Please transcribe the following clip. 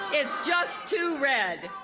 it's just too red.